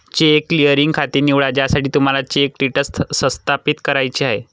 check clearing खाते निवडा ज्यासाठी तुम्हाला चेक स्टेटस सत्यापित करायचे आहे